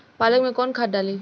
पालक में कौन खाद डाली?